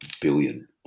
billion